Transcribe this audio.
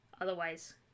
otherwise